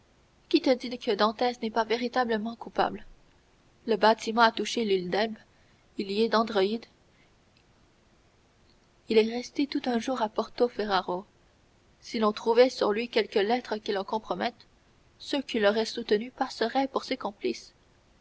qui te dit que dantès n'est pas véritablement coupable le bâtiment a touché à l'île d'elbe il y est descendu il est resté tout un jour à porto ferrajo si l'on trouvait sur lui quelque lettre qui le compromette ceux qui l'auraient soutenu passeraient pour ses complices